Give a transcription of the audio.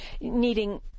needing